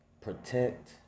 protect